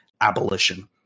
abolition